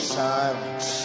silence